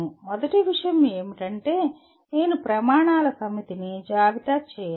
మొదటి విషయం ఏమిటంటే నేను ప్రమాణాల సమితిని జాబితా చేయాలి